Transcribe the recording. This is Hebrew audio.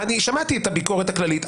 שמעתי את הביקורת הכללית.